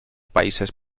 países